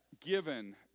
given